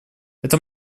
это